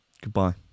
goodbye